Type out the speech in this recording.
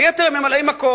היתר הם ממלאי-מקום: